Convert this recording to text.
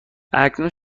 اکنون